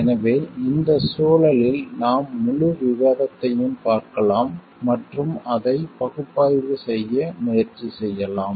எனவே இந்த சூழலில் நாம் முழு விவாதத்தையும் பார்க்கலாம் மற்றும் அதை பகுப்பாய்வு செய்ய முயற்சி செய்யலாம்